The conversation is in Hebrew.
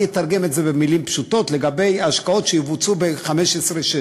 אני אתרגם את זה למילים פשוטות: לגבי השקעות שיבוצעו ב-15'-16'